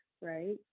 right